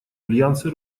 альянсы